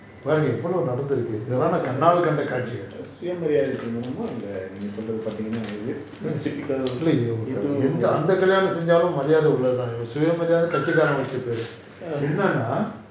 பாருங்க எவ்ளோ நடந்து இருக்கு இதலாம் நான் கண்ணாலே கண்டா காட்சிகள் இல்ல அந்த கல்யாணம் செஞ்சாலும் மரியாதை உள்ளது தான் சுய மரியத கட்சி காரன் வெச்ச பெரு என்னனா:paarunga evlo nadanthu iruku ithulaam naan kanaalae kanda kaathchigal illa antha kalyaanam senjaalum mariyatha ullathu thaan suya maariyatha katchi kaaran vecha peru ennana